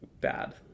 bad